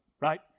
right